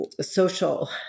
social